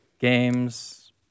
games